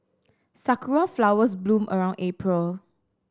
sakura flowers bloom around April